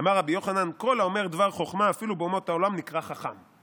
"אמר רבי יוחנן: כל האומר דבר חכמה אפילו באומות העולם נקרא חכם".